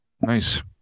Nice